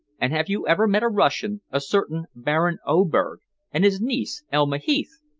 and have you ever met a russian a certain baron oberg and his niece, elma heath?